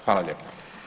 Hvala lijepo.